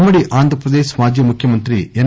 ఉమ్మడి ఆంధ్రాపదేశ్ మాజీ ముఖ్యమంతి ఎన్